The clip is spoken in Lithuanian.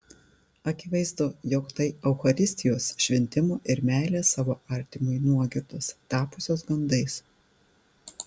akivaizdu jog tai eucharistijos šventimo ir meilės savo artimui nuogirdos tapusios gandais